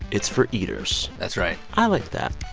it's for eaters that's right i like that.